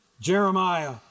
Jeremiah